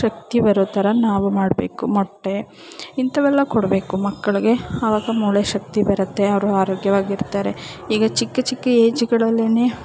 ಶಕ್ತಿ ಬರೋ ಥರ ನಾವು ಮಾಡಬೇಕು ಮೊಟ್ಟೆ ಇಂಥವೆಲ್ಲ ಕೊಡಬೇಕು ಮಕ್ಕಳಿಗೆ ಅವಾಗ ಮೂಳೆ ಶಕ್ತಿ ಬರುತ್ತೆ ಅವರು ಆರೋಗ್ಯವಾಗಿ ಇರ್ತಾರೆ ಈಗ ಚಿಕ್ಕ ಚಿಕ್ಕ ಏಜುಗಳಲ್ಲೇ